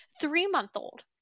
three-month-old